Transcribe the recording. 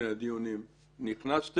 בוקר טוב,